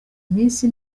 minsi